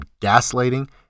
gaslighting